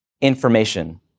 information